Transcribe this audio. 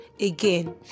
again